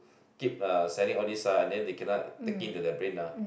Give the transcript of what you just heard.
keep uh selling all these ah and then they cannot take in to their brain ah